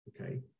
okay